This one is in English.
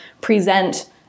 present